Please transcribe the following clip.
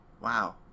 Wow